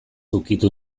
ukitu